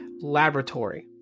laboratory